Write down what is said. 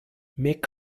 mick